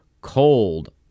cold